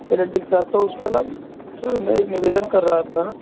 पैरेडिक्स है तो उसके सर मैं एक निवेदन कर रहा था